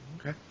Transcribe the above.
okay